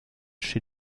chez